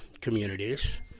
communities